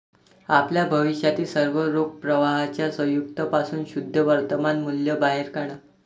आपल्या भविष्यातील सर्व रोख प्रवाहांच्या संयुक्त पासून शुद्ध वर्तमान मूल्य बाहेर काढा